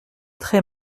très